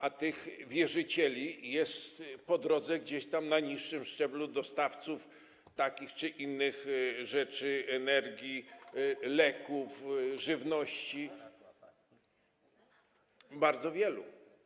A tych wierzycieli jest po drodze, gdzieś tam na niższym szczeblu, dostawców takich czy innych rzeczy, energii, leków, żywności, bardzo wielu.